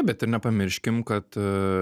bet ir nepamirškim kad